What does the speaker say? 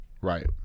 Right